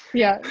yeah,